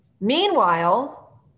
Meanwhile